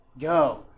Go